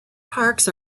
parks